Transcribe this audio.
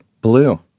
Blue